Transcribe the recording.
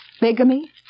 Bigamy